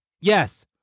Yes